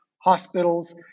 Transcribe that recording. hospitals